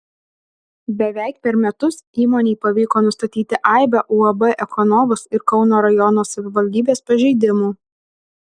beveik per metus įmonei pavyko nustatyti aibę uab ekonovus ir kauno rajono savivaldybės pažeidimų